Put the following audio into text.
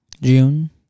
June